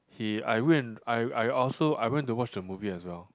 he I went I I also I went to watch the movie as well